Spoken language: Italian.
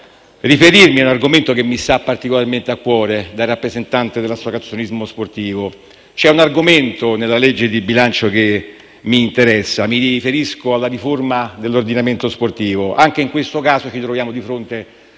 riferirmi a un argomento che mi sta particolarmente a cuore da rappresentante dell'associazionismo sportivo. C'è un argomento nel disegno di legge di bilancio che mi interessa e mi riferisco alla riforma dell'ordinamento sportivo. Anche in questo caso ci troviamo di fronte